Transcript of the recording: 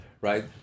right